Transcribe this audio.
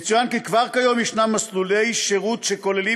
יצוין כי כבר כיום ישנם מסלולי שירות שכוללים